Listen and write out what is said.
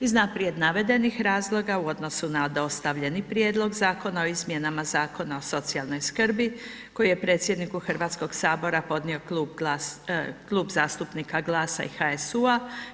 Iz naprijed navedenih razloga u odnosu na dostavljeni Prijedlog Zakona o izmjenama Zakona o socijalnoj skrbi koji je predsjedniku Hrvatskog sabora podnio Klub zastupnika GLAS-a i HSU-a.